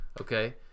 Okay